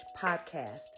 podcast